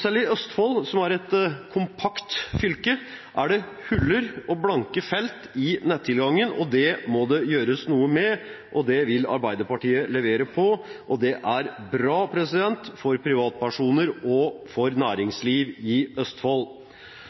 Selv i Østfold, som er et kompakt fylke, er det huller og blanke felt i nettilgangen, og det må det gjøres noe med. Det vil Arbeiderpartiet levere på, og det er bra for privatpersoner og for næringslivet i Østfold.